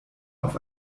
auf